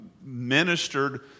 ministered